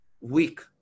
weak